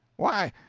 why,